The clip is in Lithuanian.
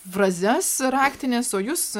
frazes raktines o jūs